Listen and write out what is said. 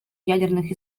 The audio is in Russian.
ядерных